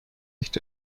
nicht